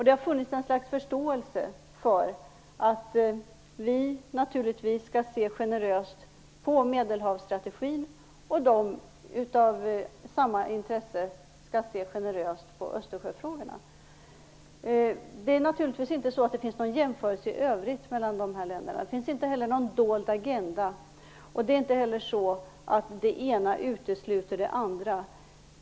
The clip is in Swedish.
Det har funnits ett slags förståelse för att vi naturligtvis skall se generöst på Medelhavsstrategin och för att de av samma intresse skall se generöst på Östersjöfrågorna. Det finns naturligtvis inte någon motsvarighet i övrigt mellan de här länderna. Det finns inte heller någon dold agenda, och det ena utesluter inte det andra.